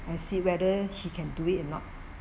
and see whether he can do it or not